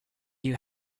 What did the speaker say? you